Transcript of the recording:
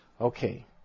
Okay